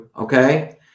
okay